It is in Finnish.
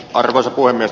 arvoisa puhemies